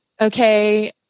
okay